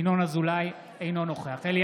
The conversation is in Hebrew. ינון אזולאי, בעד אלי